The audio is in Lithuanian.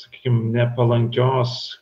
sakykim nepalankios